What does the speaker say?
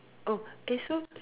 oh eh so